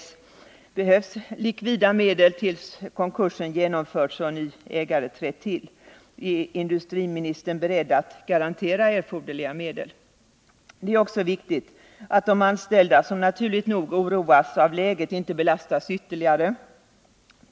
a. behövs likvida medel tills konkursen genomförts och en ny ägare trätt till. Är industriministern beredd att garantera erforderliga medel? Det är också viktigt att de anställda, som naturligt nog oroas av läget, inte ytterligare belastas.